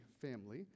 family